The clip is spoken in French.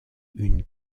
une